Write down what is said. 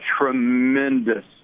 tremendous